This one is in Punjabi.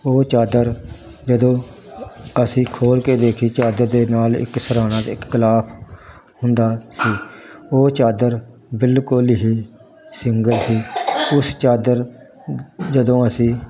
ਉਹ ਚਾਦਰ ਜਦੋਂ ਅਸੀਂ ਖੋਲ੍ਹ ਕੇ ਦੇਖੀ ਚਾਦਰ ਦੇ ਨਾਲ ਇੱਕ ਸਿਰਹਾਣਾ ਅਤੇ ਇੱਕ ਗਿਲਾਫ ਹੁੰਦਾ ਸੀ ਉਹ ਚਾਦਰ ਬਿਲਕੁਲ ਹੀ ਸਿੰਗਲ ਸੀ ਉਸ ਚਾਦਰ ਜਦੋਂ ਅਸੀਂ